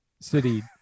city